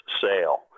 Sale